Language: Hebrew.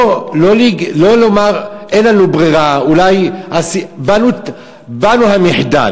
לא לומר: אין לנו ברירה, בנו המחדל.